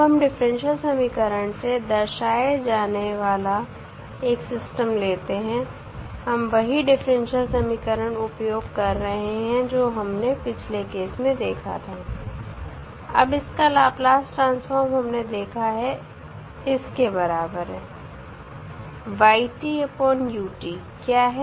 अब हम डिफरेंशियल समीकरण से दर्शाया जाने वाला एक सिस्टम लेते हैं हम वही डिफरेंशियल समीकरण उपयोग कर रहे हैं जो हमने पिछले केस में देखा था अब इसका लाप्लास ट्रांसफार्म हमने देखा है इस के बराबर है क्या है